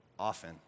often